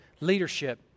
leadership